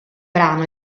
brano